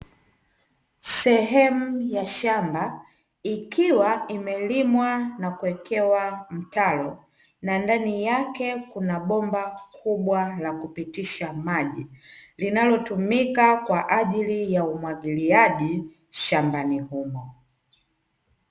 Sehemu ya shamba likiwa imelimwa na kuwekewa mtaro na ndani yake kuna bomba kubwa la kupitisha maji, linalotumika kwa ajili ya umwagiliaji shambani humo.